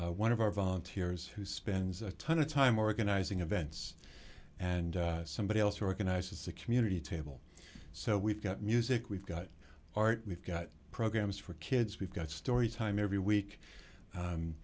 one of our volunteers who spends a ton of time organizing events and somebody else who organizes the community table so we've got music we've got art we've got programs for kids we've got story time every week